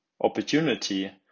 opportunity